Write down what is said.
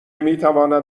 میتواند